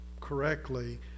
correctly